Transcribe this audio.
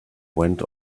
went